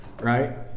right